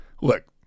Look